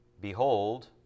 behold